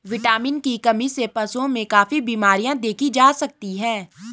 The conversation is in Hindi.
विटामिन की कमी से पशुओं में काफी बिमरियाँ देखी जा सकती हैं